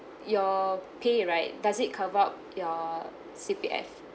your pay right does it cover up your C_P_F